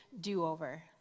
do-over